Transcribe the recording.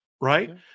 right